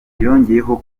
yongeyeho